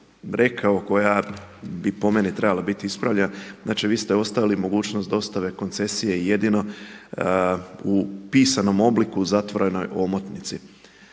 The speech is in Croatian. rekao koja bi po meni trebala biti ispravljena. Znači, vi ste ostavili mogućnost dostave koncesije i jedino u pisanom obliku, zatvorenoj omotnici.